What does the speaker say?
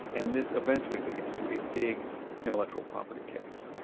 and this eventually leads to a big intellectual property case.